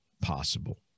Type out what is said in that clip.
possible